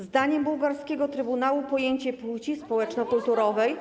Zdaniem bułgarskiego trybunału pojęcie płci społeczno-kulturowej.